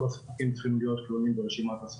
כל הספקים צריכים להיות כלולים ברשימת הספקים.